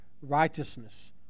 righteousness